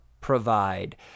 provide